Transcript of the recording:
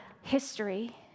history